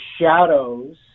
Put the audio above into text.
shadows